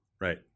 Right